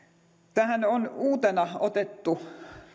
tähän on uutena otettu